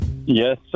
Yes